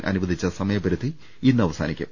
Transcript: ക്കാൻ അനുവദിച്ച സമയപരിധി ഇന്ന് അവസാനിക്കും